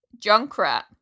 Junkrat